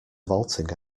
vaulting